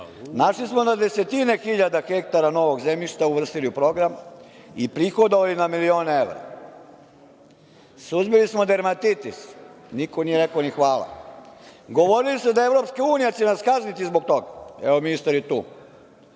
Našli smo na desetine hiljada hektara novog zemljišta, uvrstili u program i prihodovali na milione evra. Suzbili smo dermatitis, niko nije rekao ni hvala. Govorili su da će nas EU kazniti zbog toga, evo ministar je tu.